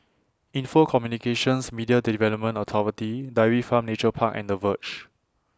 Info Communications Media Development Authority Dairy Farm Nature Park and The Verge